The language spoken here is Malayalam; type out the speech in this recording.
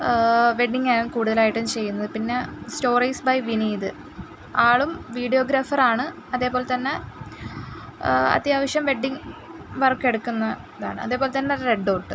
വെഡ്ഡിങ്ങ് ആണ് കൂടുതലായിട്ടും ചെയ്യുന്നത് പിന്നെ സ്റ്റോറീസ് ബൈ വിനീത് ആളും വീഡിയോഗ്രാഫർ ആണ് അതേപോലെ തന്നെ അത്യാവശ്യം വെഡ്ഡിങ്ങ് വർക്ക് എടുക്കുന്ന ഇതാണ് അതേപോലെ തന്നെ റെഡ് ഡോട്ട്